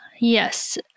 Yes